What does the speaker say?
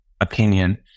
opinion